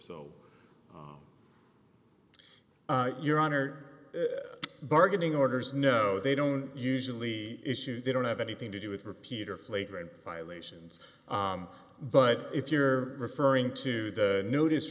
o your honor bargaining orders no they don't usually issue they don't have anything to do with repeater flagrant violations but if you're referring to the notice